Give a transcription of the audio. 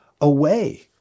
away